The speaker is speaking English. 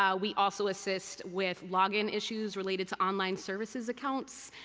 yeah we also assist with log-in issues related to online services accounts.